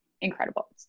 incredible